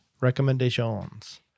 recommendations